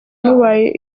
mubaye